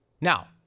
Now